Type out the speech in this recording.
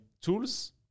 tools